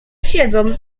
siedzą